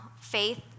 faith